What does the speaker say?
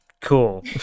cool